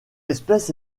espèce